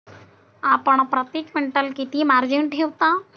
आपण प्रती क्विंटल किती मार्जिन ठेवता?